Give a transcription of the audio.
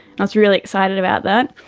i was really excited about that.